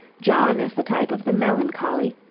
john is the type of the melancholy,